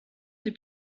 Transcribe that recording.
des